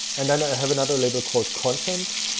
and then i have another label called content,